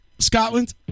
Scotland